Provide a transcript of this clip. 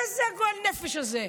מה זה הגועל נפש הזה?